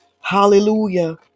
Hallelujah